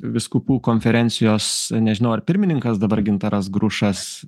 vyskupų konferencijos nežinau ar pirmininkas dabar gintaras grušas